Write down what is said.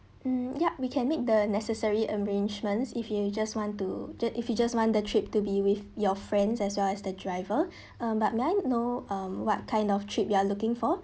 mm yup we can make the necessary arrangements if you just want to that if you just want the trip to be with your friends as well as the driver um but may I know um what kind of trip you are looking for